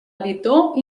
editor